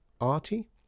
Artie